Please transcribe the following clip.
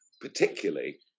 particularly